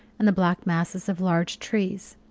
and the black masses of large trees.